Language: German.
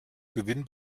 gewinn